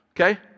Okay